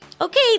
Okay